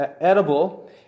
edible